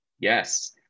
Yes